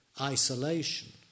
isolation